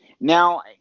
Now